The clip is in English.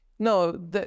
No